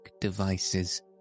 devices